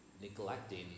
neglecting